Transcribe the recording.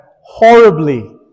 horribly